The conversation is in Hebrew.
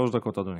שלוש דקות, אדוני.